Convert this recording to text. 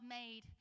made